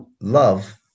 love